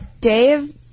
Dave